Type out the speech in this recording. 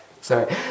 Sorry